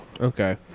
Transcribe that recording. Okay